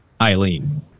Eileen